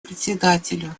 председателю